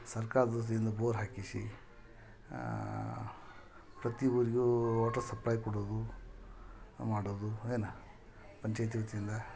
ಸರ್ಕಾರ್ದ ವತಿಯಿಂದ ಬೋರ್ ಹಾಕಿಸಿ ಪ್ರತಿ ಊರಿಗೂ ವಾಟರ್ ಸಪ್ಲೆ ಕೊಡೋದು ಮಾಡೊದು ಏನು ಪಂಚಾಯ್ತಿ ವತಿಯಿಂದ